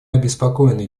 обеспокоены